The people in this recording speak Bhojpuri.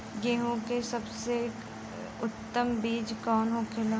गेहूँ की सबसे उत्तम बीज कौन होखेला?